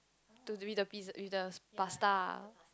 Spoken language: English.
to with the pizz~ with the pasta ah